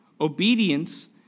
Obedience